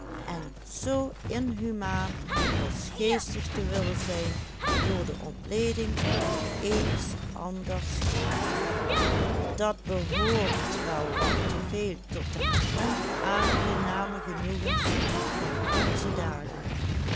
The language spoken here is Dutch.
ontleding van eens anders grappen dat behoort wel wat te veel tot de onaangename genoegens van onze dagen